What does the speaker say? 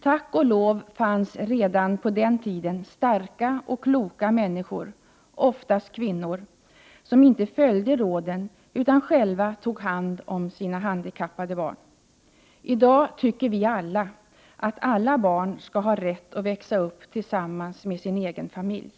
Tack och lov fanns det redan på den tiden starka och kloka människor — oftast kvinnor — som inte följde råden utan själva tog hand om sina handikappade barn. Vi tycker alla i dag att alla barn skall ha rätt att växa upp tillsammans med sin familj.